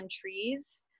trees